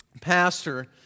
pastor